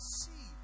see